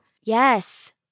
Yes